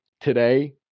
today